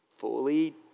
fully